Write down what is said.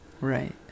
Right